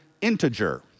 integer